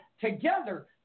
together